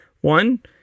One